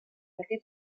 aquest